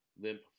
Limp